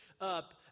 up